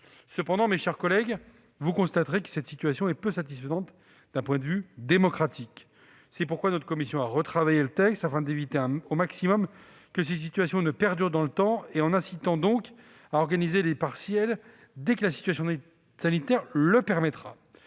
Cependant, mes chers collègues, vous constaterez que cette situation est peu satisfaisante d'un point de vue démocratique. C'est pourquoi notre commission a retravaillé le texte afin d'éviter au maximum que cette situation ne perdure dans le temps, en incitant à organiser les partielles dès que la situation sanitaire le permettra.